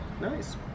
Nice